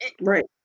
right